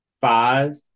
five